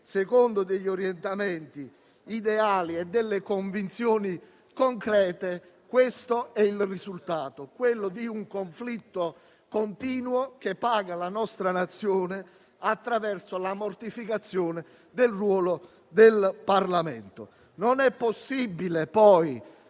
secondo degli orientamenti ideali e delle convinzioni concrete, questo è il risultato: un conflitto continuo, che la nostra Nazione paga attraverso la mortificazione del ruolo del Parlamento. Non è possibile, poi,